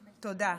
תודה.